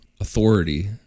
authority